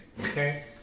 Okay